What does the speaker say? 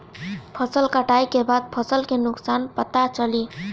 फसल कटाई के बाद फसल के नुकसान पता चली